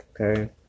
okay